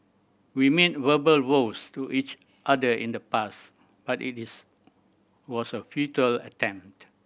we made verbal vows to each other in the past but it is was a futile attempt